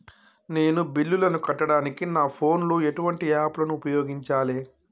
నేను బిల్లులను కట్టడానికి నా ఫోన్ లో ఎటువంటి యాప్ లను ఉపయోగించాలే?